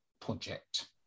project